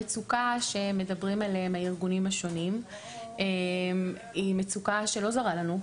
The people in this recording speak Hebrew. המצוקה שמדברים עליה הארגונים השונים היא מצוקה שאינה זרה לנו.